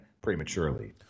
prematurely